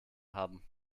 haben